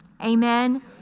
Amen